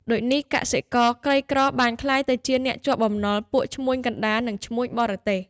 ដូចនេះ កសិករក្រីក្របានក្លាយទៅជាអ្នកជាប់បំណុលពួកឈ្មួញកណ្ដាល និងឈ្មួញបរទេស។